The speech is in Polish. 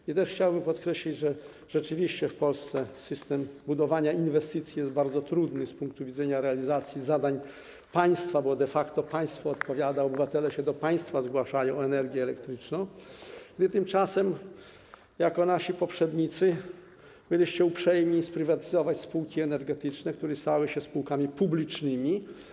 I też chciałbym podkreślić, że rzeczywiście w Polsce system budowania inwestycji jest sprawą bardzo trudną z punktu widzenia realizacji zadań państwa, bo de facto państwo odpowiada, obywatele się do państwa zgłaszają w kwestiach energii elektrycznej, wy tymczasem jako nasi poprzednicy byliście uprzejmi sprywatyzować spółki energetyczne, które stały się spółkami publicznymi.